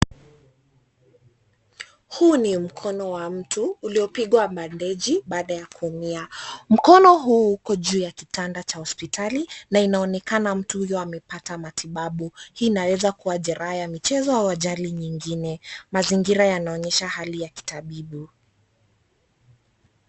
Huu ni mkono wa mtu uliopigwa bandeji baada ya kuumia. Mkono huu uko juu ya kitanda cha hospitali na inaonekana mtu huyo amepata matibabu. Hii inaweza kuwa jeraha ya michezo au ajali nyingine. Mazingira yanaonyesha hali ya kitabibu.